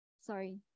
Sorry